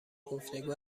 گفتگو